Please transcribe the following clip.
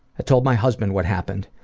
i told my husband what happened.